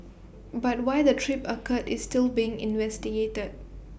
but why the trip occurred is still being investigated